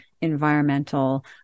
environmental